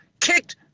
Kicked